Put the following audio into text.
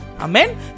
Amen